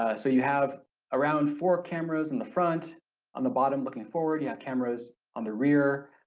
ah so you have around four cameras in the front on the bottom looking forward you, have cameras on the rear,